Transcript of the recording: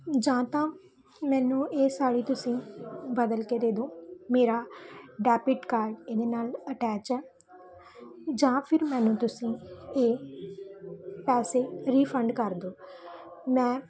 ਜਾਂ ਤਾਂ ਮੈਨੂੰ ਇਹ ਸਾੜੀ ਤੁਸੀਂ ਬਦਲ ਕੇ ਦੇ ਦਿਓ ਮੇਰਾ ਡੈਬਿਟ ਕਾਰਡ ਇਹਦੇ ਨਾਲ ਅਟੈਚ ਹੈ ਜਾਂ ਫਿਰ ਮੈਨੂੰ ਤੁਸੀਂ ਇਹ ਪੈਸੇ ਰੀਫੰਡ ਕਰ ਦਓ ਮੈਂ